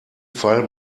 fall